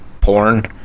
Porn